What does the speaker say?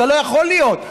אתה לא יכול להיות.